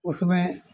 उसमें